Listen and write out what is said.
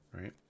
right